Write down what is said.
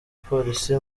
polisi